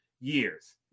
years